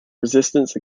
resistance